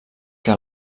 que